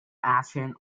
action